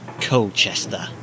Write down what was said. Colchester